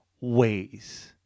ways